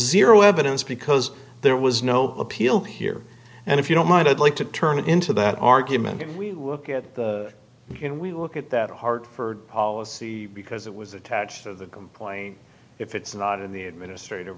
zero evidence because there was no appeal here and if you don't mind i'd like to turn it into that argument can we look at the can we look at that hartford policy because it was attached to the complaint if it's not in the administrative